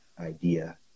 idea